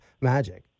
Magic